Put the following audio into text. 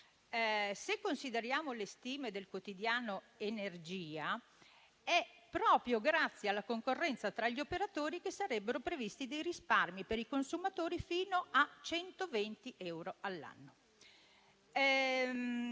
se consideriamo le stime del quotidiano «Energia», è proprio grazie alla concorrenza tra gli operatori che sarebbero previsti risparmi per i consumatori fino a 120 euro all'anno.